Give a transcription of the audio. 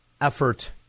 effort